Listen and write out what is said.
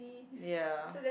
ya